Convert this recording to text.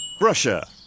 Russia